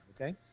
okay